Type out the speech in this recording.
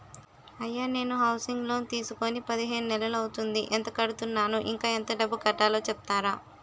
అయ్యా నేను housing loan తీసుకొని పదిహేను నెలలు అవుతోందిఎంత కడుతున్నాను, ఇంకా ఎంత డబ్బు కట్టలో చెప్తారా?